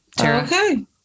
Okay